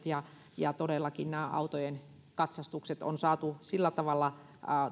ja ja todellakin autojen katsastukset on saatu sillä tavalla